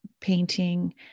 painting